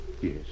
Yes